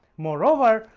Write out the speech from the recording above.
moreover,